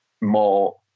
more